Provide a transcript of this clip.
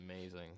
amazing